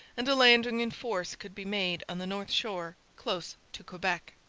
and a landing in force could be made on the north shore close to quebec.